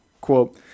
quote